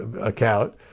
account